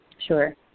Sure